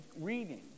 reading